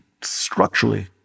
structurally